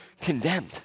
condemned